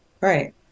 Right